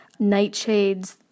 nightshades